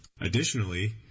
Additionally